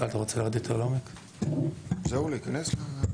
זהו, ישראל, אתה רוצה לרדת יותר לעומק?